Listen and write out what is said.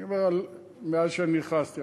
אני אומר מאז שאני נכנסתי,